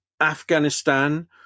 Afghanistan